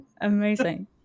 Amazing